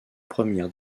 premières